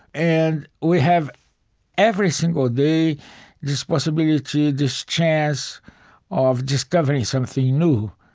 and we have every single day this possibility, this chance of discovering something new.